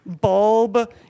bulb